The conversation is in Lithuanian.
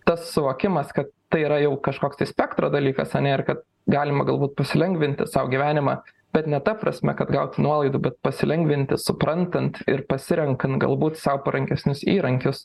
tas suvokimas kad tai yra jau kažkoks tai spektro dalykas ane ir kad galima galbūt pasilengvinti sau gyvenimą bet ne ta prasme kad gauti nuolaidų bet pasilengvinti suprantant ir pasirenkant galbūt sau parankesnius įrankius